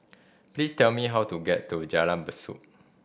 please tell me how to get to Jalan Besut